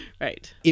Right